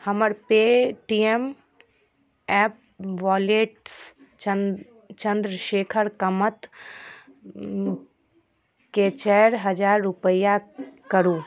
हमर Paytm app वॉलेटसँ चन चंद्रशेखर कमतके चारि हजार रूपैआ करू